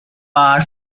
bar